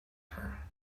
her